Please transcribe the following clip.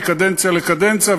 מקדנציה לקדנציה,